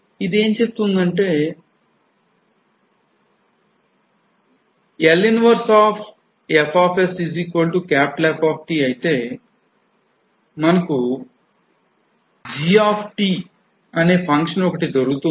ఇది ఏం చెబుతుందంటే L 1 fFఅయితే మనకు G అనే ఒక function దొరుకుతుంది